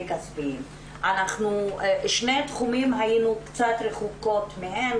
אנחנו בשני התחומים היינו קצת רחוקות מהם,